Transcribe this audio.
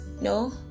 no